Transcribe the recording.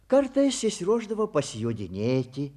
kartais išsiruošdavo pasijodinėti